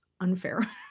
unfair